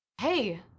hey